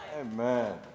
Amen